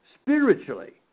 Spiritually